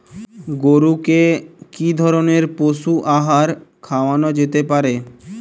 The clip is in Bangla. গরু কে কি ধরনের পশু আহার খাওয়ানো যেতে পারে?